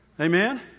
Amen